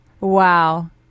Wow